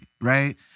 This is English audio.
right